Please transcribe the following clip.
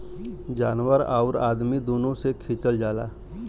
जानवर आउर अदमी दुनो से खिचल जाला